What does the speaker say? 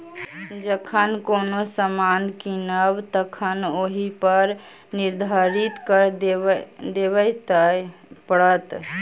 जखन कोनो सामान कीनब तखन ओहिपर निर्धारित कर देबय पड़त